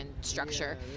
structure